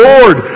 Lord